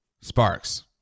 Sparks